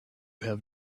have